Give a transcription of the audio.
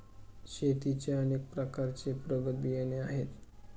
शेतीचे अनेक प्रकारचे प्रगत बियाणे आहेत